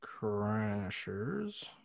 Crashers